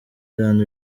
island